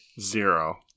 Zero